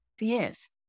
yes